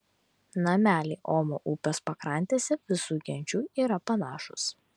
nameliai omo upės pakrantėse visų genčių yra panašūs